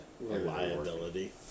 reliability